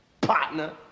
partner